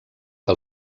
que